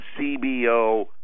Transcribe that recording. CBO